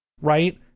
Right